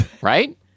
Right